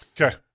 Okay